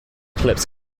clips